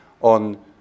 on